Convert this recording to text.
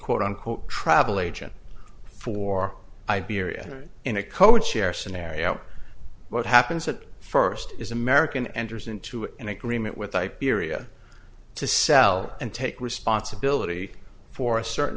quote unquote travel agent for iberia in a code share scenario what happens that first is american enters into an agreement with i period to sell and take responsibility for a certain